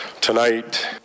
Tonight